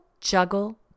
juggle